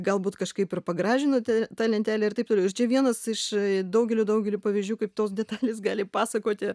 galbūt kažkaip ir pagražino te tą lentelę ir taip toliau ir čia vienas iš daugelio daugelio pavyzdžių kaip tos detalės gali pasakoti